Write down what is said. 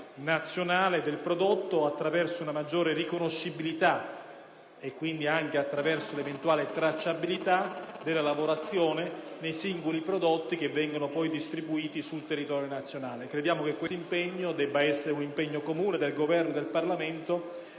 nazionale attraverso una maggiore riconoscibilità, e quindi attraverso un'eventuale tracciabilità della lavorazione dei singoli prodotti che vengono poi distribuiti sul territorio nazionale. Crediamo che questo debba essere un impegno comune del Governo e del Parlamento